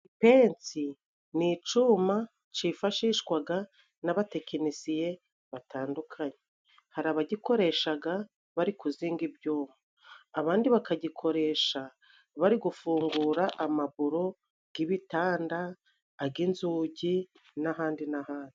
Ipensi ni icuma cifashishwaga n'abatekinisiye batandukanye. Hari abagikoreshaga bari kuzinga ibyuma. Abandi bakagikoresha bari gufungura amaburo g'ibitanda, ag'inzugi n'ahandi n'ahandi.